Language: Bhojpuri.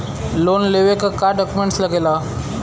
लोन लेवे के का डॉक्यूमेंट लागेला?